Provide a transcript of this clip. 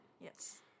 Yes